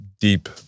deep